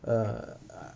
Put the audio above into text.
uh